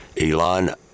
Elon